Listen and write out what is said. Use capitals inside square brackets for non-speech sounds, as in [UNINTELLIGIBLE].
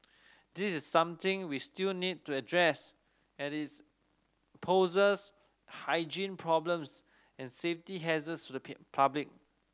this is something we still need to address at is poses hygiene problems and safety hazards to the [UNINTELLIGIBLE] public